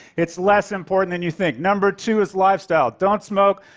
it's less important than you think. number two is lifestyle. don't smoke,